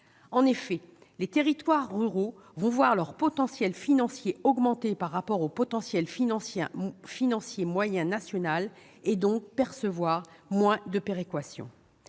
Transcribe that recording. En effet, ces territoires vont voir leur potentiel financier augmenter par rapport à la moyenne nationale, et donc percevoir moins de péréquation.